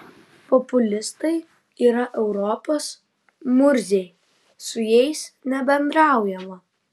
populistai yra europos murziai su jais nebendraujama